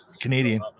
Canadian